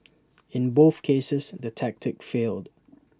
in both cases the tactic failed